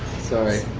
sorry.